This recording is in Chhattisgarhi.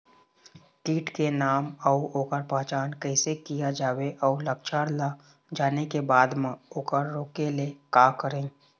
कीट के नाम अउ ओकर पहचान कैसे किया जावे अउ लक्षण ला जाने के बाद मा ओकर रोके ले का करें?